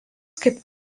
kaip